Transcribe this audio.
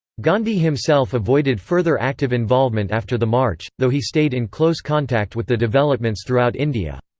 gandhi himself avoided further active involvement after the march, though he stayed in close contact with the developments throughout india.